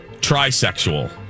trisexual